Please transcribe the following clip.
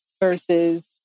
versus